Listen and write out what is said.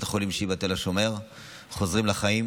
החולים שיבא תל השומר חוזרים לחיים,